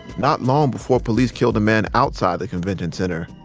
not long before police killed a man outside the convention center,